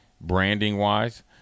branding-wise